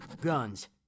guns